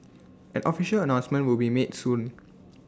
an official announcement would be made soon